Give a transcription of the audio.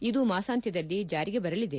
ಇದು ಮಾಸಾಂತ್ಯದಲ್ಲಿ ಜಾರಿಗೆ ಬರಲಿದೆ